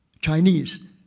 Chinese